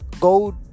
gold